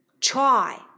try